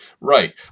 right